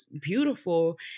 beautiful